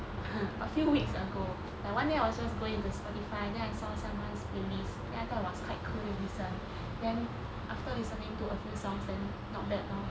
a few weeks ago like one day I was just going into spotify then I saw someone's playlist then I thought it was quite cool to listen then after listening to a few songs then not bad lor